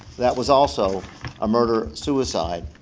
that was also a murder suicide.